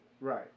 right